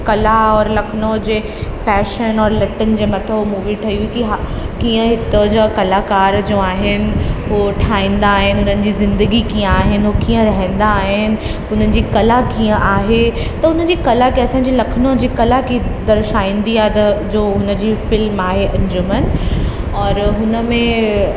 कला और लखनऊ जे फैशन और लटनि जे मथा मूवी ठही हुई कीअं हितां जा कलाकार जो आहिनि उहे ठाहींदा आहिनि हुननि जी ज़िंदगी कीअं आहिनि उहे कीअं रहंदा आहिनि हुननि जी कला कीअं आहे त उन जी कला के असांजे लखनऊ जी कला के दर्शाईंदी आहे त जो हुन जी फिल्म आहे अजुंमन औरि हुन में